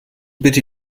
bitte